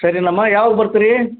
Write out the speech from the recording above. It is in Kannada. ಸರಿನಮ್ಮ ಯಾವಾಗ ಬರ್ತೀರಿ